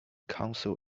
council